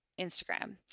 Instagram